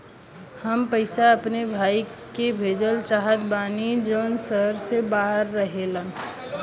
हम पैसा अपने भाई के भेजल चाहत बानी जौन शहर से बाहर रहेलन